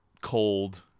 cold